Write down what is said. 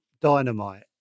dynamite